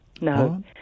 no